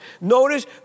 Notice